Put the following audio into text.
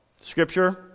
Scripture